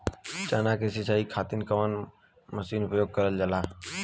चना के सिंचाई खाती कवन मसीन उपयोग करल जाला?